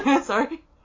Sorry